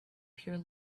pure